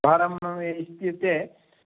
भारम् इत्युक्ते